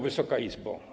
Wysoka Izbo!